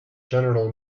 general